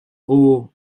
aux